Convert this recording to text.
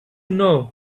know